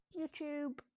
YouTube